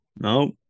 No